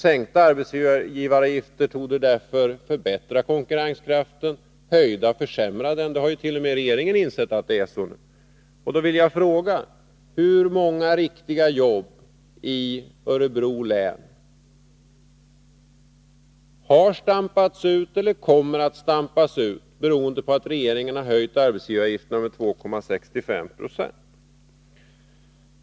Sänkta arbetsgivaravgifter torde därför förbättra konkurrenskraften och höjda försämra den. T.o.m. regeringen har nu insett att det är så. Då vill jag fråga: Hur många riktiga jobb i Örebro län har stampats ut eller kommer att stampas ut beroende på att regeringen höjt arbetsgivaravgifterna med 2,65 76?